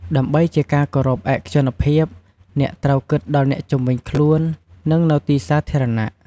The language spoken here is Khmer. ដើម្បីជាការគោរពឯកជនភាព អ្នកត្រូវគិតដល់អ្នកជុំវិញខ្លួន និងនៅទីសាធារណៈ។